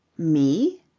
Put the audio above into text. me?